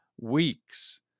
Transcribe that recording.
weeks